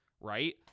right